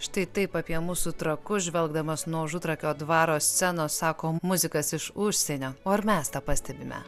štai taip apie mūsų trakus žvelgdamas nuo užutrakio dvaro scenos sako muzikas iš užsienio o ar mes tą pastebime